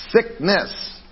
Sickness